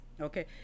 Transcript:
Okay